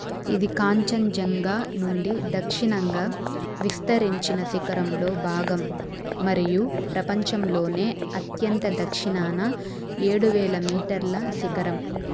ఇది కాంచన్జంగా నుండి దక్షిణంగా విస్తరించిన శిఖరంలో భాగం మరియు ప్రపంచంలోనే అత్యంత దక్షిణాన ఏడు వేల మీటర్ల శిఖరం